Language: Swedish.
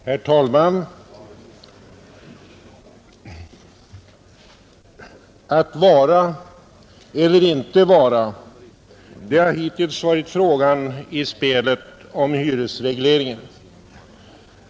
Herr talman! Att vara eller inte vara — det har hittills varit frågan i spelet om hyresregleringen.